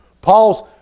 Paul's